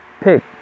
pick